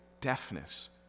deafness